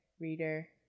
reader